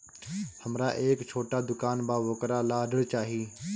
हमरा एक छोटा दुकान बा वोकरा ला ऋण चाही?